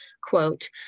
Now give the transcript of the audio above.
quote